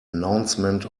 announcement